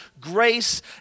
grace